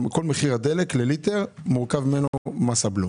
כל מחיר הדלק לליטר מורכב ממנו מס הבלו.